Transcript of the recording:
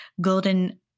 golden